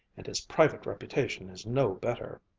and his private reputation is no better.